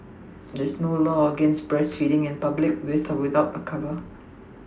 there is no law against breastfeeding in public with or without a cover